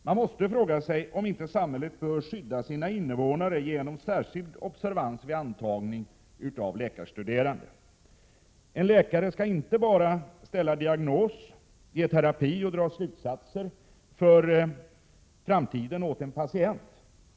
Man måste fråga sig om inte samhället bör skydda sina invånare genom särskild observans vid antagning av läkarstuderande. En läkare skall inte bara ställa diagnos, ge terapi och dra slutsatser för framtiden åt en patient.